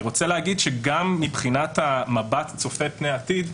רוצה לומר שגם מבחינת המבט צופה פני עתיד,